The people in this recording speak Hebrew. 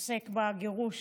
עוסק בגירוש